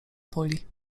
boli